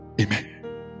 Amen